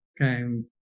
came